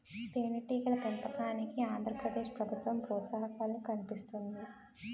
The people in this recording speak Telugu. తేనెటీగల పెంపకానికి ఆంధ్ర ప్రదేశ్ ప్రభుత్వం ప్రోత్సాహకాలు కల్పిస్తుంది